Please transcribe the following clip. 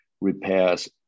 repairs